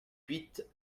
huit